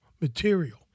material